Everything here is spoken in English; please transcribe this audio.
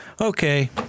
okay